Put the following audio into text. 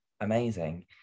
amazing